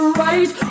right